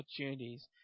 opportunities